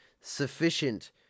sufficient